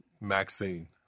Maxine